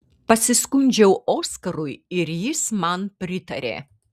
pasiskundžiau oskarui ir jis man pritarė